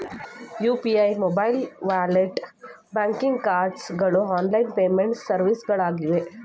UPI, mobile wallet, banking cards ಗಳು online payment ಸರ್ವಿಸ್ಗಳಾಗಿವೆ